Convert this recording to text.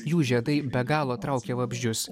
jų žiedai be galo traukia vabzdžius